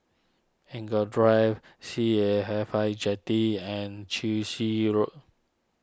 Eng Kong Drive C A F H I Jetty and Chwee Xi Road